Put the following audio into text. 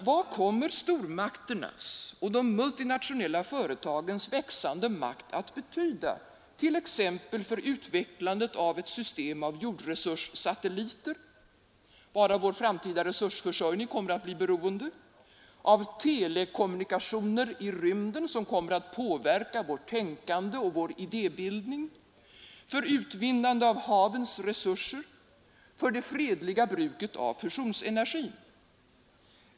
Vad kommer stormakternas och de multinationella företagens växande makt att betyda t.ex. för utvecklandet av ett system av jordresurssatelliter — varav vår framtida resursförsörjning kommer att bli beroende — och av telekommunikationer i rymden som kommer att påverka vårt tänkande och vår idébildning, för utvinnandet av havens resurser och för det fredliga bruket av fusionsenergin?